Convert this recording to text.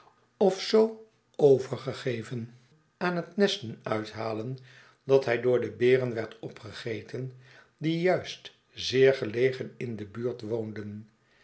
of zoo overgegeven aan het nesten uithalen dat hij door de beren werd opgegeten die juist zeer gelegenin de buurt woonden